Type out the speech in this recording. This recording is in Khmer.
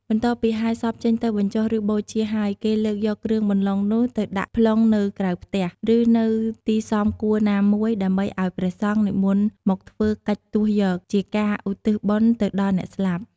បន្ទាប់ពីហែសពចេញទៅបញ្ចុះ ឬបូជាហើយ គេលើកយកគ្រឿងបន្លុងនោះទៅដាក់ប្លុងនៅក្រៅផ្ទះ ឬនៅទីសមគួរណាមួយ ដើម្បីឱ្យព្រះសង្ឃនិមន្តមកធ្វើកិច្ចទស់យក ជាការឧទ្ទិសបុណ្យទៅដល់អ្នកស្លាប់។